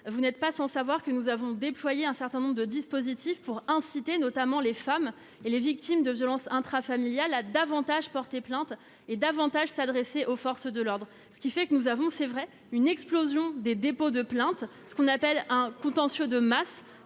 vous n'êtes pas sans savoir que nous avons déployé un certain nombre de dispositifs pour inciter notamment les femmes et les victimes de violences intrafamiliales a davantage porter plainte et davantage s'adresser aux forces de l'ordre, ce qui fait que nous avons, c'est vrai, une explosion des dépôts de plainte ce qu'on appelle un contentieux de masse